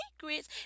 secrets